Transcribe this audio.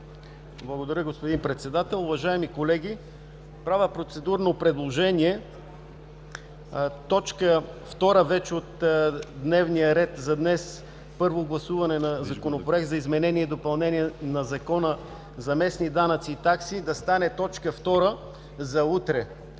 Благодаря, господин Председател. Уважаеми колеги, правя процедурно предложение точка втора от дневния ред за днес – първо гласуване на Законопроект за изменение и допълнение на Закона за местните данъци и такси, да стане точка втора за утре.